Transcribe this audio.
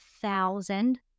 thousand